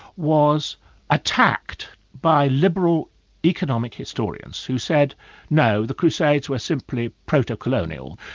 was attacked by liberal economic historians, who said no, the crusades were simply proto-colonial.